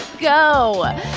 go